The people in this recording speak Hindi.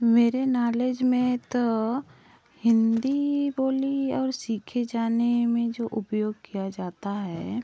मेरे नालेज में तो हिंदी बोली और सीखे जाने में जो उपयोग किया जाता है